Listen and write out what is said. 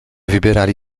wybierali